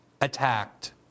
attacked